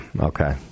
Okay